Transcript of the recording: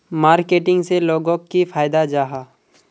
Marketing से लोगोक की फायदा जाहा?